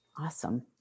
Awesome